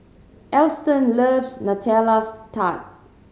Alston loves Nutella Tart